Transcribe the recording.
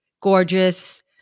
gorgeous